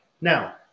Now